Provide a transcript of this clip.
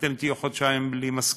אתם תהיו חודשיים בלי משכורת.